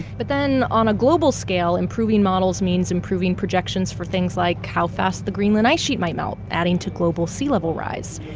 but then on a global scale, improving models means improving projections for things like how fast the greenland ice sheet might melt, adding to global sea level rise.